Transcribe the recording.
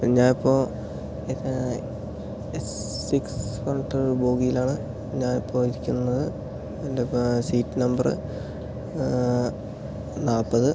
ഞാൻ ഇപ്പം എസ് സിക്സെന്ന് പറഞ്ഞിട്ട് ഒരു ബോഗിയിൽ ആണ് ഞാൻ ഇപ്പം ഇരിക്കുന്നത് എൻ്റെ സീറ്റ് നമ്പർ നാൽപ്പത്